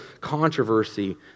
controversy